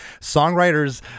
songwriters